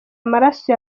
amaraso